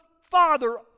Father